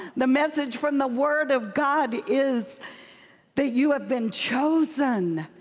the message from the word of god is that you have been chosen.